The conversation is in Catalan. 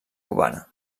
cubana